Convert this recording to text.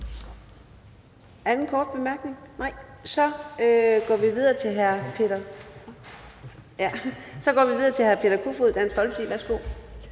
anden korte bemærkning ønskes ikke, og så går vi videre til hr. Peter Kofod, Dansk Folkeparti. Værsgo.